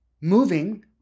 moving